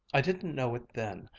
i didn't know it then.